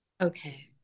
Okay